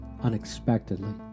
unexpectedly